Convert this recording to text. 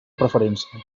preferència